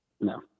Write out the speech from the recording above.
No